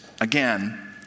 again